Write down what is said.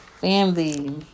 Family